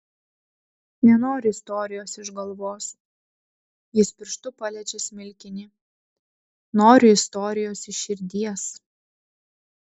nenoriu istorijos iš galvos jis pirštu paliečia smilkinį noriu istorijos iš širdies